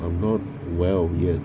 I'm not well yet